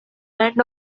end